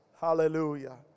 Hallelujah